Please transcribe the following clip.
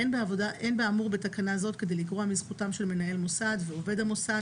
אין באמור בתקנה זאת כדי לגרוע מזכותם של מנהל מוסד ועובד המוסד